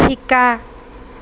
শিকা